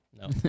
no